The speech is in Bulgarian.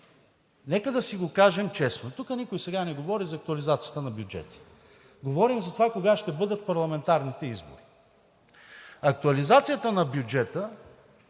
Нека да си го кажем честно – тук никой сега не говори за актуализацията на бюджета. Говорим за това кога ще бъдат парламентарните избори. Актуализацията на бюджета